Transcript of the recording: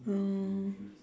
oh